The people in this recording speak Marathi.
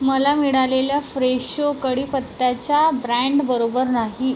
मला मिळालेल्या फ्रेशो कढीपत्त्याच्या ब्रँड बरोबर नाही